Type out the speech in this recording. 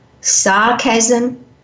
sarcasm